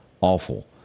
Awful